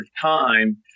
time